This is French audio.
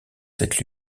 cette